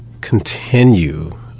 continue